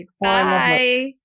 Bye